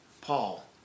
Paul